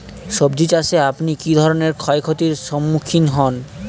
সবজী চাষে আপনি কী ধরনের ক্ষয়ক্ষতির সম্মুক্ষীণ হন?